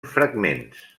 fragments